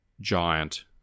giant